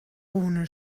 ohne